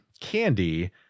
candy